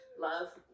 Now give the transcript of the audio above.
Love